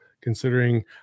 considering